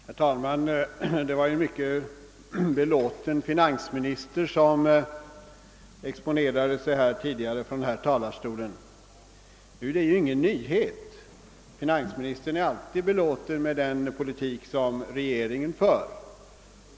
Herr talman! Det var en mycket be låten finansminister som exponerade sig tidigare från den här talarstolen. Nu är det ingen nyhet; finansministern är alltid belåten med den politik regeringen för.